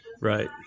Right